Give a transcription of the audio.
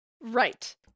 Right